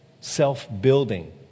Self-building